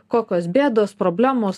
kokios bėdos problemos